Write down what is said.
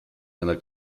einer